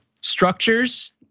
structures